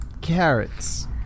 carrots